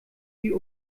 die